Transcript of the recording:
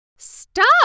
Stop